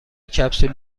کپسول